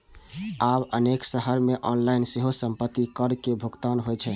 आब अनेक शहर मे ऑनलाइन सेहो संपत्ति कर के भुगतान होइ छै